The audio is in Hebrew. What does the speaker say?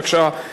בבקשה,